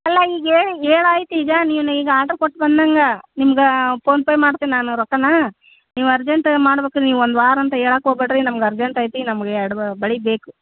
ಅಲ್ಲ ಈಗ ಹೇಳೈತೆ ಈಗ ನೀವು ಈಗ ಆರ್ಡರ್ ಕೊಟ್ಟು ಬಂದಂಗೆ ನಿಮ್ಗೆ ಫೋನ್ ಪೇ ಮಾಡ್ತೀನಿ ನಾನು ರೊಕ್ಕಾನಾ ನೀವು ಅರ್ಜೆಂಟ್ ಮಾಡ್ಬೇಕು ನೀವು ಒಂದ್ವಾರ ಅಂತ ಹೇಳೋಕ್ಕೋಗಬೇಡ್ರಿ ನಮ್ಗೆ ಅರ್ಜೆಂಟ್ ಐತಿ ನಮ್ಗೆ ಎರ್ಡು ಬಳೆ ಬೇಕು